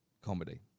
comedy